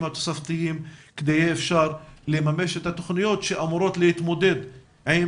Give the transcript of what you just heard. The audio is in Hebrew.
התוספתיים כדי שיהיה אפשר לממש את התוכניות שאמורות להתמודד עם